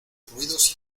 ruidos